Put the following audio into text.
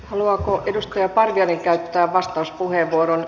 haluaako edustaja parviainen käyttää vastauspuheenvuoron